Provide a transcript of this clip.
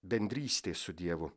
bendrystė su dievu